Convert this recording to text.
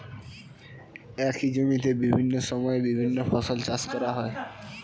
একই জমিতে বিভিন্ন সময়ে বিভিন্ন ফসল চাষ করা যায়